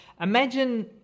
imagine